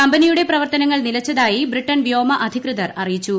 കമ്പനിയുടെ പ്രവർത്തനങ്ങൾ നിലച്ചതായി ബ്രിട്ടൻ വ്യോമ അധികൃതർ അറിയിച്ചു